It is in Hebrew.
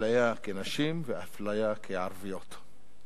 זו אפליה כנשים ואפליה כערביות.